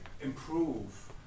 improve